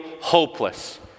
hopeless